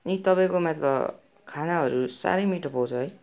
नि तपाईँकोमा त खानाहरू साह्रै मिठो पाउँछ है